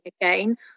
again